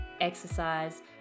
exercise